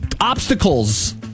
obstacles